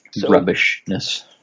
rubbishness